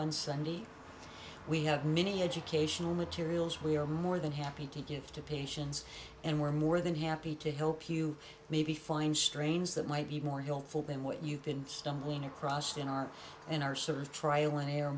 one sunday we have many educational materials we are more than happy to give to patients and we're more than happy to help you maybe find strains that might be more helpful than what you've been stumbling across in our in our sort of trial and error